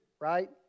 right